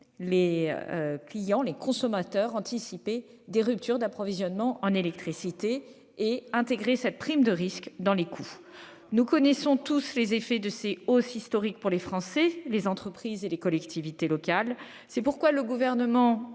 au moment où les consommateurs anticipaient des ruptures d'approvisionnement, intégrant cette prime de risque dans les coûts. C'est très grave ! Nous connaissons tous les effets de ces hausses historiques pour les Français, les entreprises et les collectivités locales. C'est pourquoi le Gouvernement